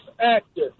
actor